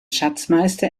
schatzmeister